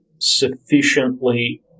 sufficiently